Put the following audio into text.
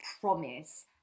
promise